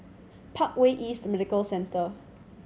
Parkway East Medical Centre